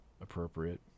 appropriate